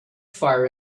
fire